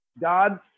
God